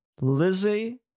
Lizzie